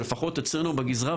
שלפחות אצלנו בגזרה,